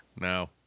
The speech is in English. No